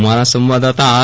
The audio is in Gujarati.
અમારા સંવાદદાતા આર